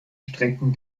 strecken